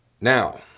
Now